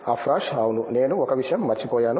అష్రాఫ్ అవును నేను ఒక విషయం మర్చిపోయాను